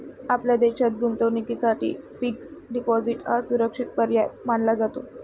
आपल्या देशात गुंतवणुकीसाठी फिक्स्ड डिपॉजिट हा सुरक्षित पर्याय मानला जातो